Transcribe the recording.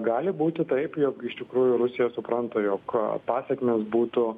gali būti taip jog iš tikrųjų rusija supranta jog pasekmės būtų